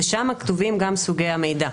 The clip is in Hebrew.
ושם כתובים גם סוגי המידע.